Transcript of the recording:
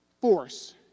force